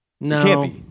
No